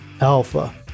alpha